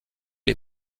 les